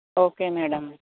okay madam